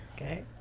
Okay